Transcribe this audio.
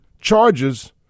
charges